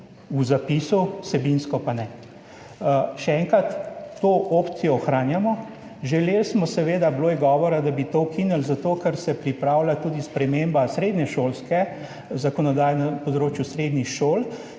v zapisu, vsebinsko pa ne. Še enkrat, to opcijo ohranjamo. Želeli smo seveda, bilo je govora, da bi to ukinili, zato ker se pripravlja tudi sprememba srednješolske zakonodaje na področju srednjih šol,